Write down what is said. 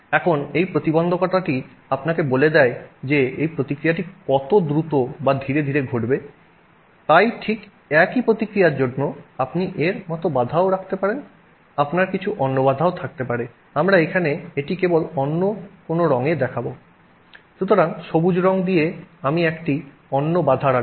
এখন এই প্রতিবন্ধকতাটি আপনাকে বলে দেয় যে এই প্রতিক্রিয়াটি কত দ্রুত বা ধীরে ধীরে ঘটবে তাই ঠিক একই প্রতিক্রিয়ার জন্য আপনি এর মতো বাধাও রাখতে পারেন আপনার কিছু অন্য বাধাও থাকতে পারে আমরা এখানে এটি কেবল অন্য কোনও রঙে দেখাবো সুতরাং সবুজ রং দিয়ে আমি একটি অন্য বাধা রাখব